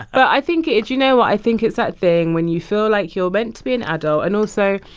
i think it's you know what? i think it's that thing when you feel like you're meant to be an adult. and also,